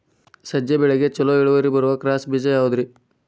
ಸಜ್ಜೆ ಬೆಳೆಗೆ ಛಲೋ ಇಳುವರಿ ಬರುವ ಕ್ರಾಸ್ ಬೇಜ ಯಾವುದ್ರಿ?